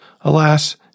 Alas